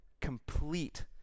Complete